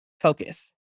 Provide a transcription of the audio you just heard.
focus